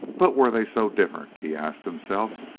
but were they so different? he asked himself,